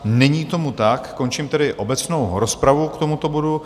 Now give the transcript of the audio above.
Není tomu tak, končím tedy obecnou rozpravu k tomuto bodu.